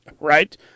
Right